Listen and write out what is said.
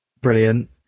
brilliant